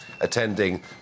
attending